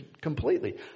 completely